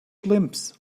glimpse